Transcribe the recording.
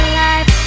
life